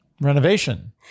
Renovation